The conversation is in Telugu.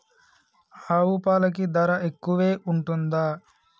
ఆవు పాలకి ధర ఎక్కువే ఉంటదా?